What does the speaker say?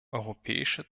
europäische